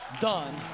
done